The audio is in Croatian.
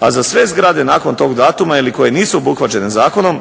a za sve zgrade nakon tog datuma ili koje nisu obuhvaćene zakonom